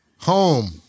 Home